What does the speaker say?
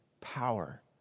power